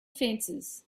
fences